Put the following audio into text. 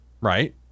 right